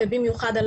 במיוחד,